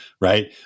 right